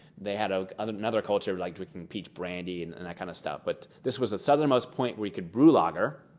they had ah um and another culture like drinking brandy and and that kind of stuff. but this was the southernmost point where you could brew lager.